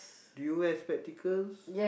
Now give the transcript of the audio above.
do you wear spectacles